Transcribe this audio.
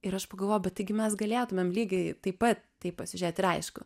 ir aš pagalvojau bet gi mes galėtumėm lygiai taip pat taip pasižiūrėt ir aišku